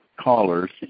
callers